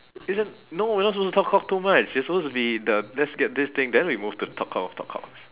it's a no we're not supposed to talk cock too much you're supposed to be the let's get this thing then we move to the talk cock of talk cock